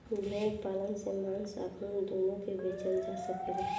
भेड़ पालन से मांस आ ऊन दूनो के बेचल जा सकेला